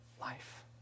life